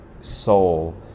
soul